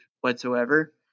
whatsoever